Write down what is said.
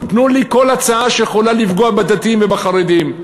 תנו לי כל הצעה שיכולה לפגוע בדתיים ובחרדים,